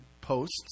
posts